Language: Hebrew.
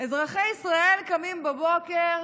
אזרחי ישראל קמים בבוקר,